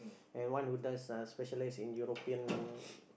and one who does uh specialise in European